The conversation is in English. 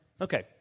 Okay